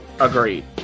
Agreed